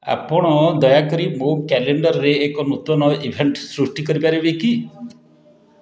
ଆପଣ ଦୟାକରି ମୋ କ୍ୟାଲେଣ୍ଡର୍ରେ ଏକ ନୂତନ ଇଭେଣ୍ଟ୍ ସୃଷ୍ଟି କରିପାରିବେ କି